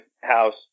house